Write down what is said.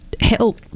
help